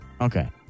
Okay